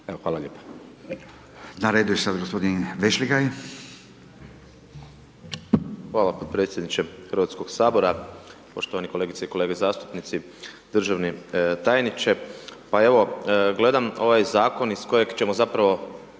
sada g. Vešligaj. **Vešligaj, Marko (SDP)** Hvala potpredsjedniče Hrvatskog sabora. Poštovane kolegice i kolege zastupnici. Državni tajniče. Pa evo, gledam ovaj zakon iz kojeg ćemo zapravo